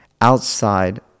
outside